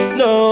no